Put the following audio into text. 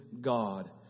God